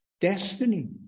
destiny